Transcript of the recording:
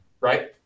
Right